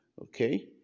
Okay